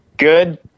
Good